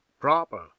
proper